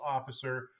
Officer